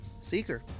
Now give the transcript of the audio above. Seeker